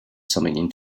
something